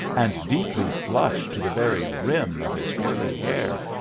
and deeply flush to the very rim of his curly hair?